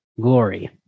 glory